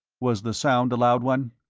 was the sound a loud one?